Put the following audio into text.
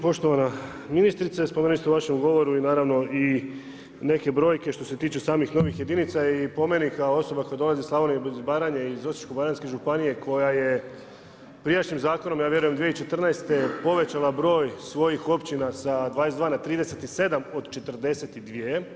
Poštovana ministrice, spomenuli ste u vašem govoru i naravno i neke brojke što se tiče samih, novih jedinica i po meni kao osoba što dolazi iz Slavonije, blizu Baranje, iz Osječko baranjske županije, koja je prijašnjim zakonom, ja vjerujem 2014. povećala broj svojih općina sa 22 na 37, od 42.